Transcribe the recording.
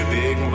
big